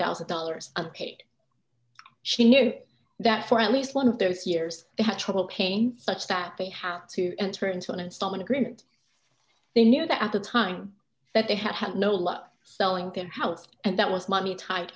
thousand dollars and she knew that for at least one of those years they had trouble pain such that they had to enter into an installment agreement they knew that at the time that they had had no luck selling their house and that was money tied